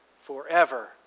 forever